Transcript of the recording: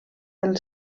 del